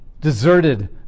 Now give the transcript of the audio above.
deserted